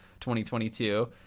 2022